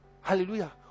hallelujah